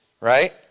right